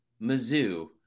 Mizzou